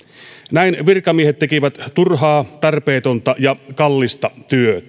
näin virkamiehet tekivät turhaa tarpeetonta ja kallista työtä